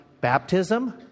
baptism